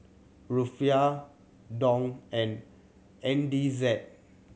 Rufiyaa Dong and N D Z